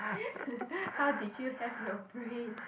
how did you have your brain